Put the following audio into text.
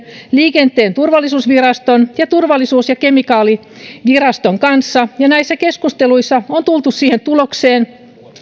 liikenteen turvallisuusviraston ja turvallisuus ja kemikaaliviraston kanssa ja näissä keskusteluissa on tultu siihen tulokseen